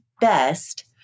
best